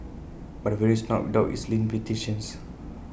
but the venue is not without its limitations